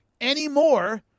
anymore